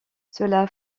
cela